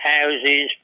houses